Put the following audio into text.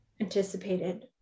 anticipated